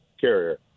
carrier